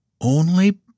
Only